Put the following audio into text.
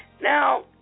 Now